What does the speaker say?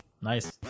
Nice